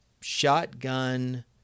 shotgun